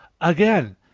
again